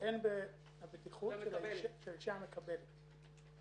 שהאישה מקבלת,